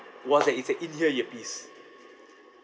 was that it's an in-ear earpiece